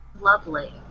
Lovely